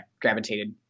gravitated